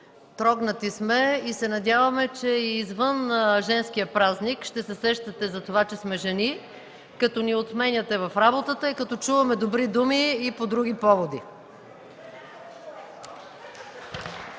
Трогнати сме и се надяваме, че и извън женския празник ще се сещате за това, че сме жени, като ни отменяте в работата и като чуваме добри думи и по други поводи.